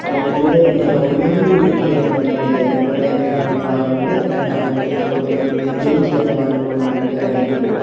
അപ്പോൾ നിങ്ങൾ ഒന്നുങ്കിൽ ഇനി എന്താ പറയുക ഇതുപോലേ ഉള്ള വാഹനങ്ങൾ നമുക്കൊന്നും ക്ലീൻ ചെയ്യാത്ത വാഹനങ്ങളൊന്നും നമുക്ക് അയക്കരുത്